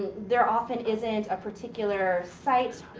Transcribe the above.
there often isn't a particular site,